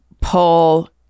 pull